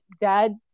dad